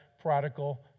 prodigal